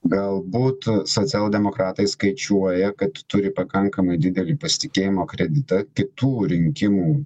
galbūt socialdemokratai skaičiuoja kad turi pakankamai didelį pasitikėjimo kreditą kitų rinkimų